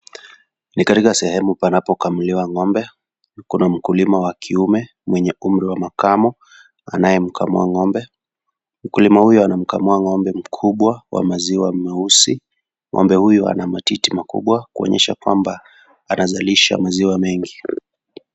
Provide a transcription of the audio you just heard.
Ni katika sehemu panapokamuliwa ngombe kuna mkulima wa kiume mwenye umri wa makamu anayemkamua ngombe , mkulima huyo anamkamua ngombe mkubwa wa maziwa mweusi ,ngombe huyo ana matiti makubwa kuonyesha kwamba anazalisha maziwa mengi.